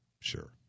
Sure